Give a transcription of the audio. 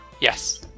Yes